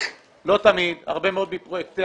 לא תמיד, הרבה מאוד מפרויקטי